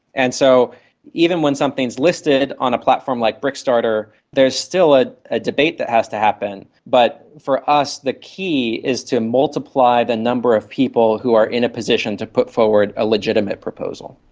and so even when something is listed on a platform like brickstarter, there's still a a debate that has to happen, but for us the key is to multiply the number of people who are in a position to put forward a legitimate proposal.